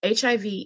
HIV